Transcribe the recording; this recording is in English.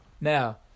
Now